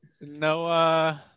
No